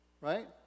Right